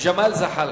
ג'מאל זחאלקה,